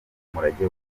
umurage